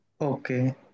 Okay